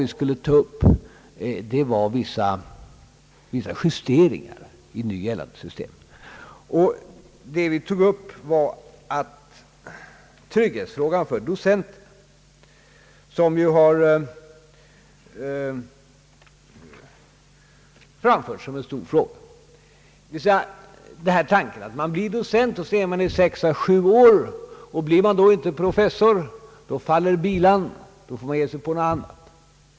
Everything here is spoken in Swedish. Vi tog därför endast upp vissa justeringar av nu gällande system, t.ex. trygghetsfrågan för docenter, som ju har framförts som en stor fråga. Man blir docent och är det i sex—sju år. Blir man då inte professor faller bilan och man får ägna sig åt något annat.